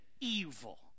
evil